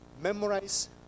Memorize